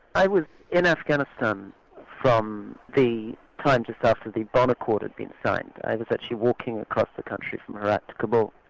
i was in afghanistan from the time just after the bonn accord had been signed. i was actually walking across the country from herat to kabul,